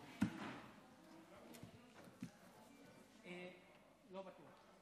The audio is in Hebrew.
לא בטוח.